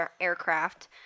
aircraft